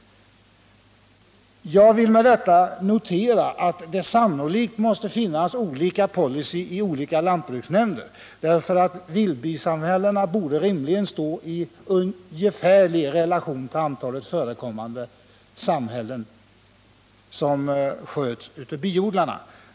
105 Jag noterar att det sannolikt måste finnas olika policy i olika lantbruksnämnder. Antalet vildbisamhällen borde ju rimligen stå i ungefärlig relation till antalet förekommande samhällen som sköts av biodlare.